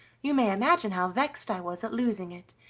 you may imagine how vexed i was at losing it,